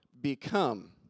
become